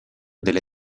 delle